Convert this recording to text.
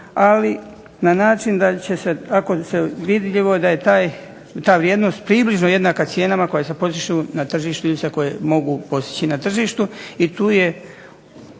ali na način da će se, ako se vidljivo je da je ta vrijednost približno jednaka cijenama koje se postižu na tržištu ... i tu je iskazana bojazan